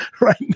right